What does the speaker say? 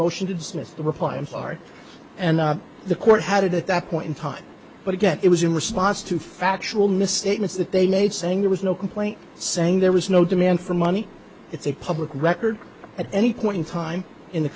motion to dismiss the reply in florida and the court had it at that point in time but again it was in response to factual misstatements that they made saying there was no complaint saying there was no demand for money it's a public record at any point in time in the